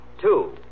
Two